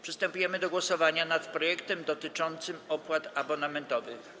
Przystępujemy do głosowania nad projektem dotyczącym opłat abonamentowych.